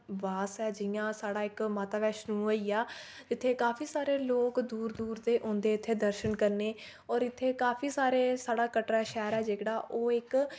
वास ऐ जि'यां साढ़ा इक माता वैश्णो होइया इत्थै काफी सारे लोक दूर दूर दे औंदे इत्थे दर्शन करने और इत्थै काफी सारे साढ़ा कटरा शैह्र ऐ जेह्कड़ा ओह् इक